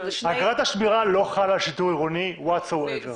אגרת השמירה לא חלה על שיטור עירוני whatsoever.